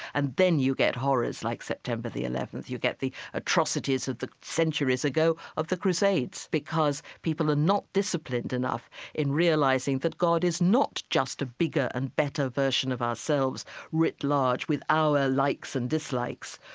and then you get horrors like september the eleventh, you get the atrocities of centuries ago of the crusades, because people are not disciplined enough in realizing that god is not just a bigger and better version of ourselves writ large, with our likes and dislikes,